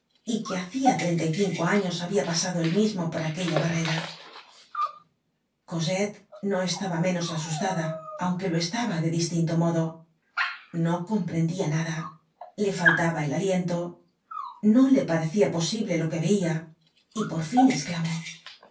y que hacia treinta y cinco años habia pasado él mismo por aquella barrera cosette no estaba menos asustada aunque lo estaba de distinto modo no comprendia nada le faltaba el aliento no le parecia posible lo que veia y por fin esclamó